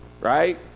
right